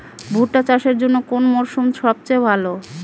ভুট্টা চাষের জন্যে কোন মরশুম সবচেয়ে ভালো?